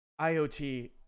IoT